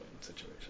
situation